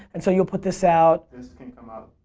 and so you'll put this out? this can come out.